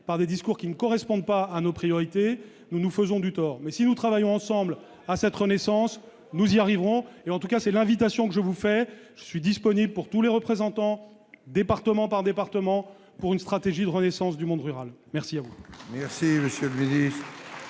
par des discours qui ne correspondent pas à nos priorités, nous nous faisons du tort, mais si nous travaillons ensemble à cette renaissance, nous y arriverons, et en tout cas c'est l'invitation que je vous fais, je suis disponible pour tous les représentants, département par département pour une stratégie de renaissance du monde rural, merci.